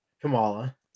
kamala